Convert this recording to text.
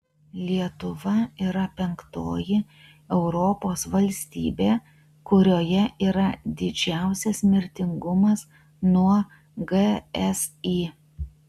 lietuva yra penktoji europos valstybė kurioje yra didžiausias mirtingumas nuo gsi